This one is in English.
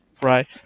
right